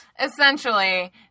Essentially